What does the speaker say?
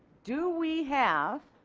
do we have